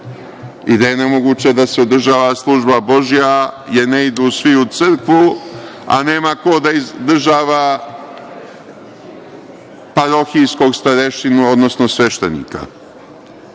i gde je nemoguće da se održava služba Božija, jer ne idu svi u crkvu a nema ko da izdržava parohijskog starešinu odnosno sveštenika? Kako